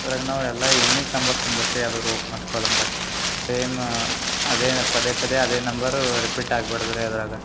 ಅದರಾಗೆ ನಾವೆಲ್ಲ unique number ತುಂಬೇಕ್ರಿ ಅದು ರೋ ಮತ್ತು ಕಾಲಮ್ದಾಗೆ ಸೇಮ ಅದೇನು ಪದೇ ಪದೇ ಅದೇ ನಂಬರು ರಿಪೀಟ್ ಆಗಬಾಡ್ದುರಿ ಅದರಾಗೆ